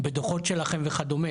בדוחות שלכם וכדומה,